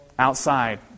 Outside